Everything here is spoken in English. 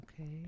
Okay